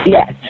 Yes